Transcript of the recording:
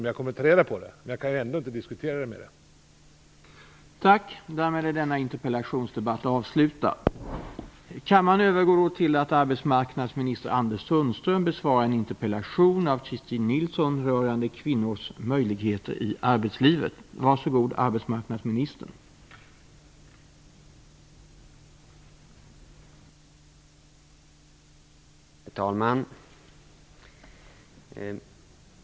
Jag kommer att ta reda på dem, men jag kan ändå inte diskutera ärendet med Sigge Godin.